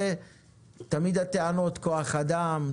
תמיד יש טענות של כוח אדם,